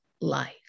life